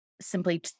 simply